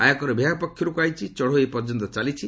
ଆୟକର ବିଭାଗ ପକ୍ଷରୁ କୁହାଯାଇଛି ଚଢ଼ାଉ ଏପର୍ଯ୍ୟନ୍ତ ଚାଲିଛି